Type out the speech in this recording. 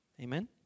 Amen